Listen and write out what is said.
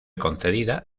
concedida